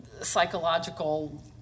psychological